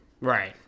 Right